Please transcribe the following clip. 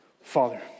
father